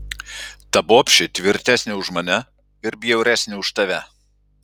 ta bobšė tvirtesnė už mane ir bjauresnė už tave